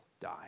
die